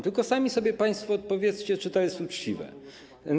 Tylko sami sobie państwo odpowiedzcie, czy to jest uczciwe.